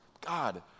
God